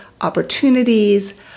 opportunities